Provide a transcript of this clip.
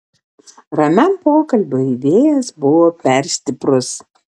ramiam pokalbiui vėjas buvo per stiprus